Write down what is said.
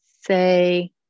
say